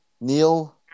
Neil